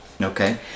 okay